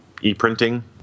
e-printing